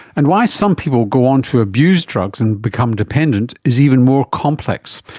and why some people go on to abuse drugs and become dependent is even more complex.